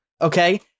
Okay